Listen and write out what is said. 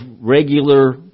regular